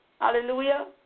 Hallelujah